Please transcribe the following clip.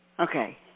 Okay